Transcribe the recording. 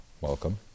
Welcome